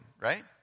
right